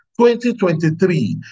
2023